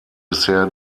bisher